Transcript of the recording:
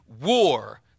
war